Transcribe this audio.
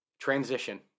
transition